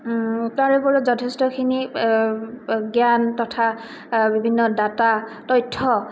তাৰে ওপৰত যথেষ্টখিনি জ্ঞান তথা বিভিন্ন ডাটা তথ্য